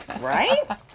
Right